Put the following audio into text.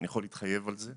אני יכול להתחייב על זה,